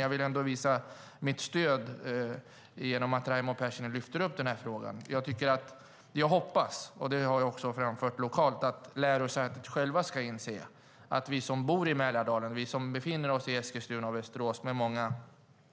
Jag vill ändå visa mitt stöd när Raimo Pärssinen lyfter upp den här frågan. Jag hoppas, och det har jag också framfört lokalt, att lärosätet självt ska inse att vi som bor i Mälardalen och befinner oss i Eskilstuna och Västerås med många